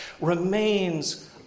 remains